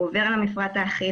הוא עובר על המפרט האחיד,